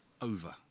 over